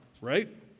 right